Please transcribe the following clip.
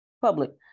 Public